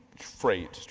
freight,